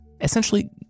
Essentially